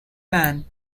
man